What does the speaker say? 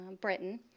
Britain